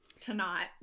Tonight